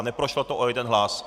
Neprošlo to o jeden hlas.